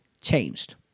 changed